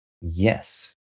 Yes